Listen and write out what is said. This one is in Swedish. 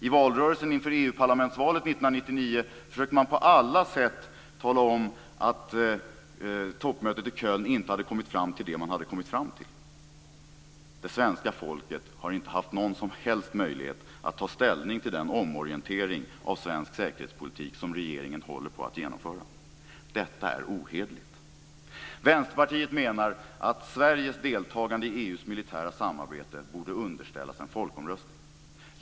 I valrörelsen inför EU parlamentsvalet 1999 försökte man på alla sätt att tala om att toppmötet i Köln inte hade kommit fram till det som man hade kommit fram till. Det svenska folket har inte haft någon som helst möjlighet att ta ställning till den omorientering av svensk säkerhetspolitik som regeringen håller på att genomföra. Detta är ohederligt. Vänsterpartiet menar att Sveriges deltagande i EU:s militära samarbete borde underställas en folkomröstning.